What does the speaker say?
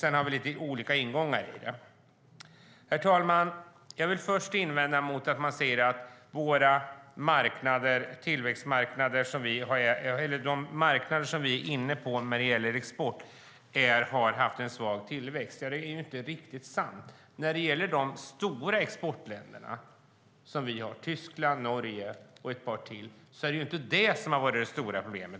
Sedan har vi lite olika ingångar i det. Herr talman! Jag vill först invända mot att man säger att våra exportmarknader har haft en svag tillväxt. Det är inte riktigt sant. I de för Sverige stora exportländerna, bland andra Tyskland och Norge, är det inte tillväxten som har varit det stora problemet.